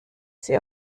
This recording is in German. sie